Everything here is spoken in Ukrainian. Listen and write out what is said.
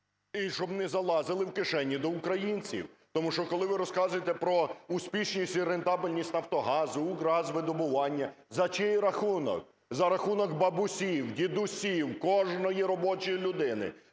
…і щоб не залазили в кишені до українців? Тому що, коли ви розказуєте про успішність і рентабельність "Нафтогазу", "Укргазвидобування" – за чий рахунок? За рахунок бабусів, дідусів, кожної робочої людини.